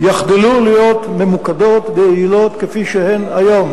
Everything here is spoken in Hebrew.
יחדלו להיות ממוקדות ויעילות כפי שהן היום.